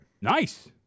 Nice